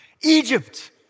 Egypt